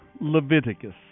Leviticus